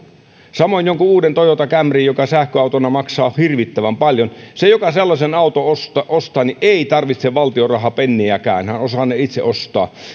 samoin joku uusi toyota camry joka sähköautona maksaa hirvittävän paljon se joka sellaisen auton ostaa ei tarvitse valtion rahaa penniäkään hän osaa sen itse ostaa